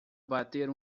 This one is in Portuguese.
bater